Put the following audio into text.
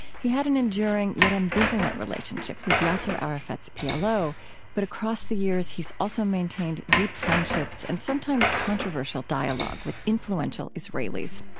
he had an enduring yet ambivalent relationship with yasir arafat's plo but across the years, he's also maintained deep friendships and sometimes controversial dialogue with influential israelis.